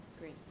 Great